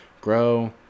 grow